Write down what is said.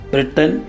Britain